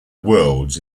worlds